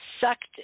sucked